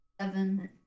Seven